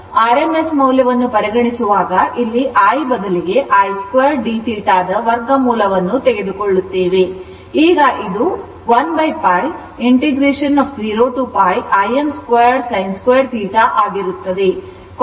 rms ಮೌಲ್ಯ ವನ್ನು ಪರಿಗಣಿಸುವಾಗ ಇಲ್ಲಿ i ಬದಲಿಗೆ i2dθ ದ ವರ್ಗಮೂಲವನ್ನು ತೆಗೆದುಕೊಳ್ಳುತ್ತೇವೆ ಈಗ ಇದು 1π 0 to π Im2sin2θ ಆಗಿರುತ್ತದೆ